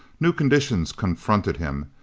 new conditions confronted him,